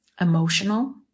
Emotional